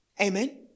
Amen